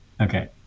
Okay